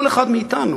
כל אחד מאתנו.